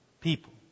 people